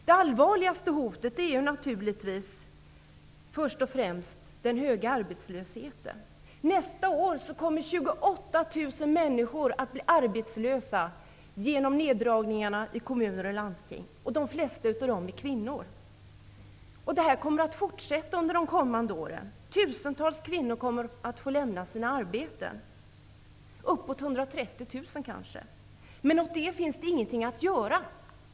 Det allvarligaste är den höga arbetslösheten. Nästa år kommer 28 000 människor att bli arbetslösa genom neddragningar i kommuner och landsting. De flesta av dem är kvinnor. Den här utvecklingen kommer att fortsätta under de kommande åren. Tusentals kvinnor kommer att få lämna sina arbeten -- kanske uppåt 130 000. Men det finns ingenting att göra åt det.